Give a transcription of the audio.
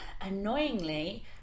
annoyingly